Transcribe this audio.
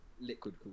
liquid